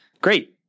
great